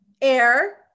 air